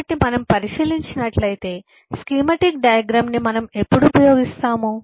కాబట్టి మనం పరిశీలించినట్లయితే స్కీమాటిక్ డయాగ్రమ్ ని మనం ఎప్పుడు ఉపయోగిస్తాము